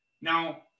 Now